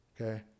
Okay